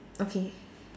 okay